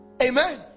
Amen